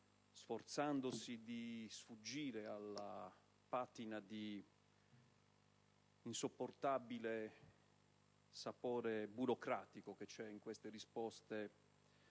sforzandosi di sfuggire alla patina di insopportabile sapore burocratico che c'è nelle risposte